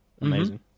Amazing